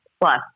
plus